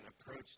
approach